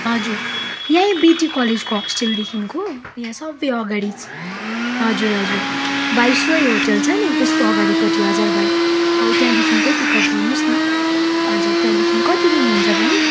हजुर यहीँ बिटी कलेजको हस्टेलदेखिन्को यहाँ सबवे अगाडि हजुर हजुर भाइसरोय होटल छ नि त्यसको अगाडिपट्टि हजुर भाइ हो त्यहाँदेखिन्कै पिकअप गर्नुहोस् न हजुर त्यहाँदेखिन् कति लिनुहुन्छ भाइ